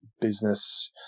business